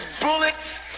bullets